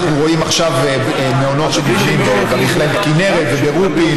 אנחנו רואים עכשיו מעונות שנבנים במכללת כנרת וברופין.